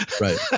Right